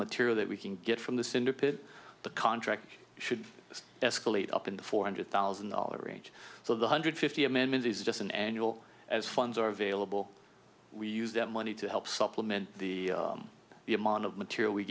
material that we can get from the syndicate the contract should escalate up in the four hundred thousand dollars range so the hundred fifty amendment is just an annual as funds are available we use that money to help supplement the the amount of material we